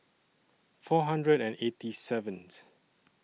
four hundred and eighty seventh